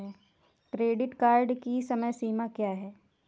Credit card की समय सीमा क्या है?